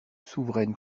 souveraine